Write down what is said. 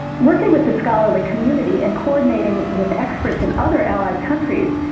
working with the scholarly community and coordinating with experts in other allied countries,